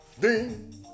ding